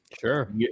sure